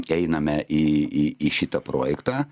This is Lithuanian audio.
einame į į į šitą projektą